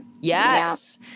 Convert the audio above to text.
yes